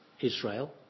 Israel